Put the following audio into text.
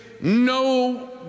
no